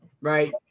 right